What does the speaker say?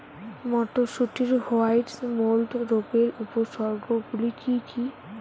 মটরশুটির white mould রোগের উপসর্গগুলি কী কী?